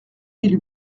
mille